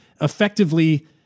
effectively